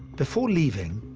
before leaving,